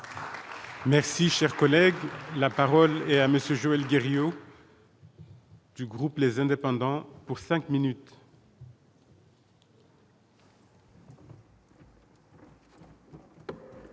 Merci, cher collègue, la parole est à monsieur Joël Guerriau. Du groupe, les indépendants pour 5 minutes.